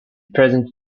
present